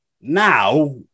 now